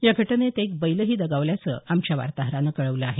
या घटनेत एक बैलही दगावल्याचं आमच्या वार्ताहरानं कळवलं आहे